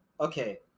okay